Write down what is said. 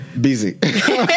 Busy